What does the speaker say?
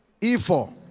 IFO